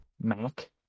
Mac